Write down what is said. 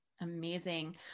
Amazing